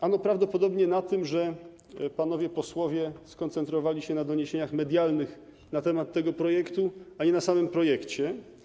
Ano prawdopodobnie na tym, że panowie posłowie skoncentrowali się na doniesieniach medialnych na temat tego projektu, a nie na samym projekcie.